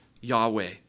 Yahweh